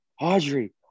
audrey